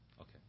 Okay